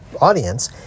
audience